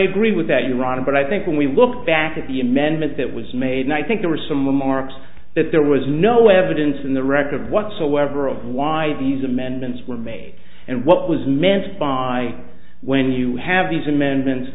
agree with that you are on about i think when we look back at the amendment that was made one think there were some remarks that there was no evidence in the record whatsoever of why these amendments were made and what was meant by when you have these amendments